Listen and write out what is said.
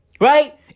Right